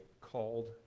called